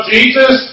Jesus